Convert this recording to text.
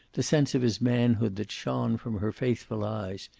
the sense of his manhood that shone from her faithful eyes,